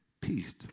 peace